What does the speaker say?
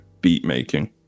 beat-making